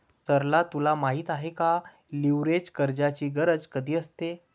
सरला तुला माहित आहे का, लीव्हरेज कर्जाची गरज कधी असते?